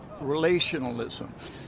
relationalism